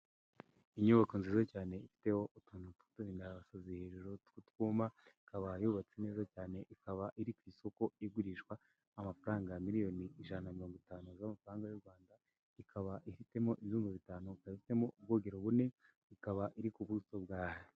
Inyubako nziza cyane ifiteho utuntu twuturinda basazi hejuru twutwuma, ikaba yubatse neza cyane, ikaba iri ku isoko igurishwa amafaranga ya miliyoni ijana na mirongo itanu z'amafaranga y'u Rwanda ikaba ifitemo ibyumba bitanu, ikaba ifitemo ubwogero bune, ikaba iri ku buso bwa